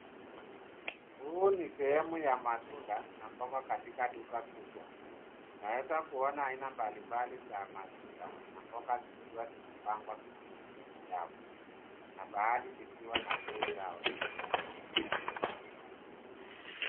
Huu ni sehemu ya matunda, na mboga katika duka kubwa, unaweza kuona aina mbalimbali za matunda, na mboga zikiwa zimepangwa kwenye rafu, na baadhi zikiwa bei zao, zimeandikwa.